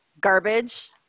garbage